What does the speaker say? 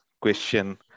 question